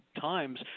times